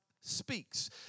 speaks